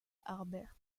harbert